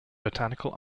botanical